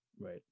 right